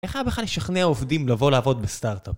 איך היה בכלל לשכנע עובדים לבוא לעבוד בסטארט-אפ?